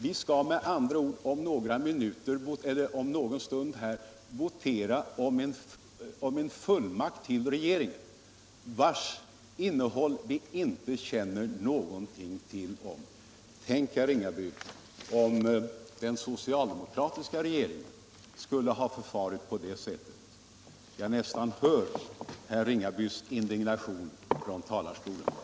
Vi skall med andra ord om en stund här i kammaren votera om en fullmakt till regeringen vars innehåll vi inte vet någonting om. Tänk, herr Ringaby, om den socialdemokratiska regeringen skulle ha förfarit på det sättet! Jag nästan hör herr Ringabys indignation från talarstolen då.